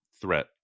threat